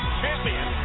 champion